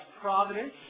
providence